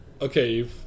okay